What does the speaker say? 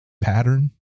Pattern